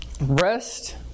Rest